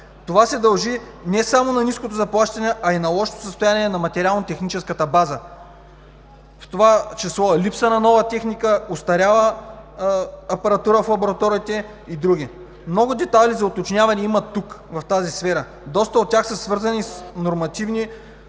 Това се дължи не само на ниското заплащане, а и на лошото състояние на материално-техническата база, в това число и липса на нова техника, остаряла апаратура в лабораториите и други. Много детайли за уточняване има в тази сфера. Доста от тях са свързани с нормативни